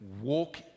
walk